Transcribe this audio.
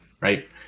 Right